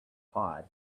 pod